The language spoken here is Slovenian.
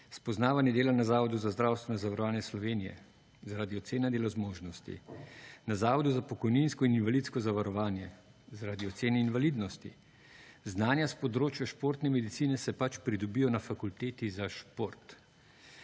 Spoznavanje dela na Zavodu za zdravstveno zavarovanje Slovenije zaradi ocene dela zmožnosti, na Zavodu za pokojninsko in invalidsko zavarovanje zaradi ocen invalidnosti, znanja s področja športne medicine se pač pridobijo na fakulteti za šport.